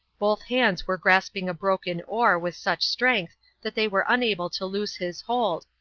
both hands were grasping a broken oar with such strength that they were unable to loose his hold,